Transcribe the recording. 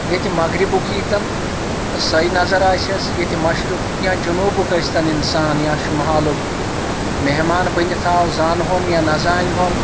ییٚتہِ مغرِبُک ییٖتن تہٕ سۄے نَظر آسیٚس ییٚتہِ مشرِقُک یا جنوٗبُک ٲسۍ تن اِنسان یا شُمالُک مہمان بٔنِتھ آو زانہٕ ہون یا نَہ زانہٕ ہون